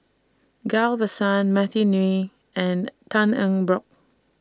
Ghillie BaSan Matthew Ngui and Tan Eng Bock